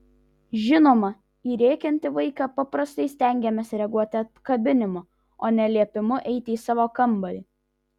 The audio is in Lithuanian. žinoma į rėkiantį vaiką paprastai stengiamės reaguoti apkabinimu o ne liepimu eiti į savo kambarį